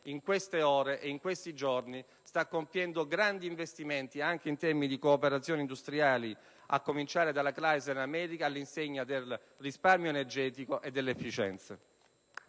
in queste ore, in questi giorni, sta compiendo grandi investimenti, anche in termini di cooperazione industriale (a cominciare dalla Chrysler in America), all'insegna del risparmio energetico e dell'efficienza.